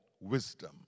wisdom